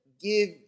give